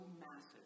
massive